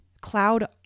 cloud